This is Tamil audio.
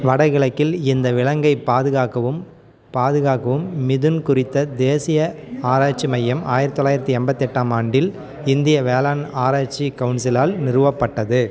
வடகிழக்கில் இந்த விலங்கைப் பாதுகாக்கவும் பாதுகாக்கவும் மிதுன் குறித்த தேசிய ஆராய்ச்சி மையம் ஆயிரத்து தொள்ளாயிரத்தி எண்பத்தெட்டாம் ஆண்டில் இந்திய வேளாண் ஆராய்ச்சி கவுன்சிலால் நிறுவப்பட்டது